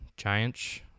Giants